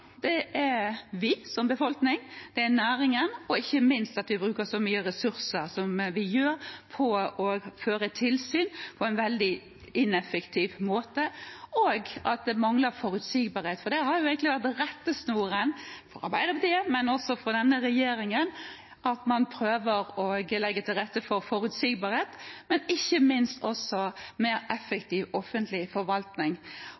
taper, er vi som befolkning, og det er næringen, ikke minst ved at vi bruker så mye ressurser som vi gjør på å føre tilsyn på en veldig ineffektiv måte, og at det mangler forutsigbarhet. For det har egentlig vært rettesnoren for Arbeiderpartiet, men også for denne regjeringen, at man prøver å legge til rette for forutsigbarhet, men ikke minst også mer